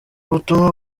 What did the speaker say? butumwa